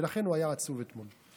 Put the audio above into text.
ולכן הוא היה עצוב אתמול.